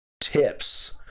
tips